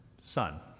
Son